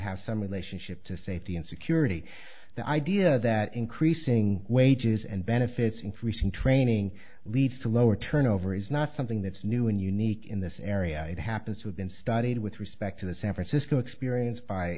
have some relationship to safety and security the idea that increasing wages and benefits increasing training leads to lower turnover is not something that's new and unique in this area it happens with unstudied with respect to the san francisco experience by